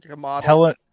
Helen